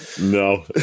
no